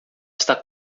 está